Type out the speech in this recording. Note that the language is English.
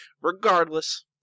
Regardless